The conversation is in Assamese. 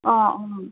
অঁ অঁ